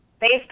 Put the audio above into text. Based